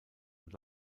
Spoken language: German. und